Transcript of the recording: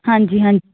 ਹਾਂਜੀ ਹਾਂਜੀ